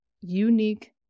unique